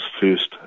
first